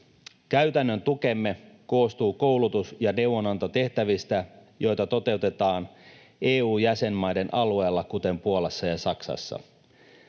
Käytännön tukemme koostuu koulutus- ja neuvonantotehtävistä, joita toteutetaan EU-jäsenmaiden alueella, kuten Puolassa ja Saksassa.